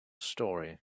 story